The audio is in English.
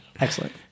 Excellent